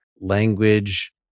Language